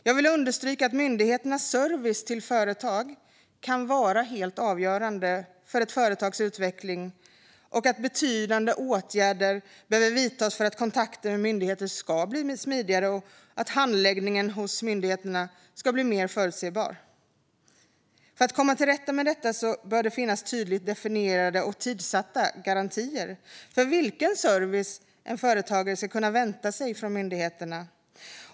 Jag vill understryka att myndigheternas service till företag kan vara helt avgörande för ett företags utveckling samt att betydande åtgärder behöver vidtas för att kontakter med myndigheter ska bli smidigare och för att handläggningen hos myndigheterna ska bli mer förutsebar. För att komma till rätta med detta bör det finnas tydligt definierade och tidssatta garantier för vilken service en företagare ska kunna vänta sig från myndigheterna.